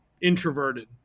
introverted